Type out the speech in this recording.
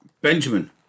Benjamin